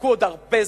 תחכו עוד הרבה זמן.